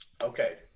Okay